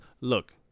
look